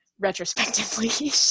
retrospectively